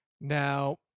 Now